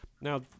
Now